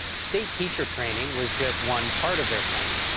state teacher-training was just one part of their plan.